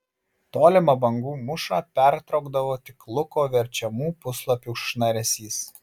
tolimą bangų mūšą pertraukdavo tik luko verčiamų puslapių šnaresys